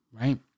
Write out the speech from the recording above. right